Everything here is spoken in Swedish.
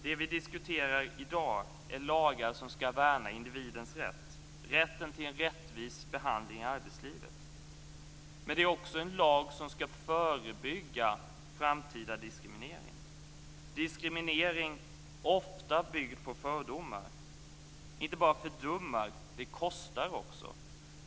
Det som vi diskuterar i dag är lagar som skall värna individens rätt - rätten till en rättvis behandling i arbetslivet. Men det är också en lag som skall förebygga framtida diskriminering. Diskriminering, ofta byggd på fördomar, inte bara fördummar utan kostar också.